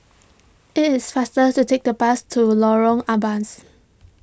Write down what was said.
it is faster to take the bus to Lorong Ampas